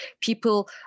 people